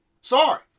Sorry